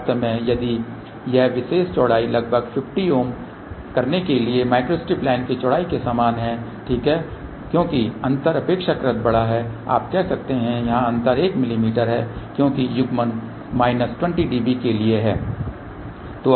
वास्तव में यदि यह विशेष चौड़ाई लगभग 50 ओम करने के लिए माइक्रोस्ट्रिप लाइन की चौड़ाई के समान है ठीक है क्योंकि अंतर अपेक्षाकृत बड़ा है आप कह सकते हैं कि यहां अंतर 1 मिमी है क्योंकि युग्मन माइनस 20 dB के लिए है